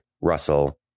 russell